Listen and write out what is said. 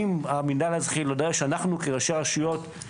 אם המינהל האזרחי יודע שאנחנו כראשי רשויות,